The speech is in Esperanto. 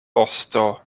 osto